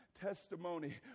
testimony